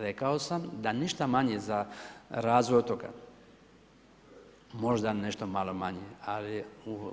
Rekao sam, da ništa manje za razvoj otoka, možda nešto malo manje, ali